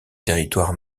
territoires